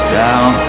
down